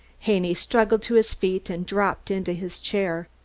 haney struggled to his feet and dropped into his chair.